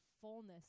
fullness